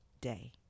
day